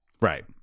Right